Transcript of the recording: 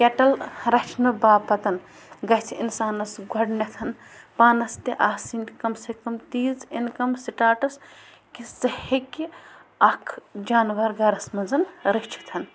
kettle رَچھنہٕ باپَتَن گژھِ اِنسانَس گۄڈٕنٮ۪تھ پانَس تہِ آسٕنۍ کَم سے کَم تیٖژ اِنکَم سِٹاٹَس کہِ سُہ ہیٚکہِ اَکھ جانوَر گَرَس منٛز رٔچھِتھ